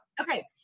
Okay